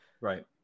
right